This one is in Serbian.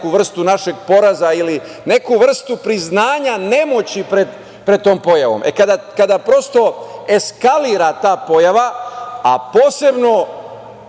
neku vrstu našeg poraza ili neku vrstu priznanja nemoći pred tom pojavom. Kada prosto eskalira ta pojava, a posebno,